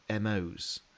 MOs